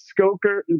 skoker